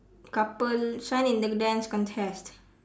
couple shine in the dance contest